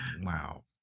Wow